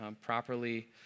properly